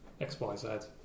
XYZ